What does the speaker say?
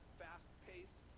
fast-paced